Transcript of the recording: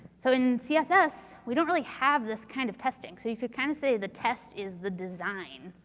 so in css, we don't really have this kind of testing. so you can kind of say the test is the design.